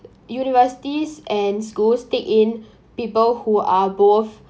universities and schools take in people who are both